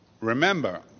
Remember